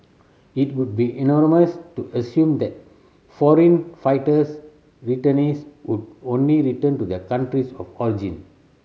it would be to assume that foreign fighters returnees would only return to their countries of origin